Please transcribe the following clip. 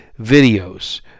videos